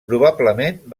probablement